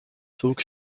zog